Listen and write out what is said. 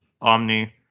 Omni